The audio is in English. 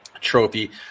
trophy